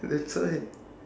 that's why